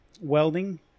welding